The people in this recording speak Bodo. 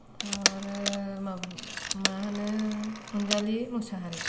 आरो माबा मा होनो अनजालि मोसाहारी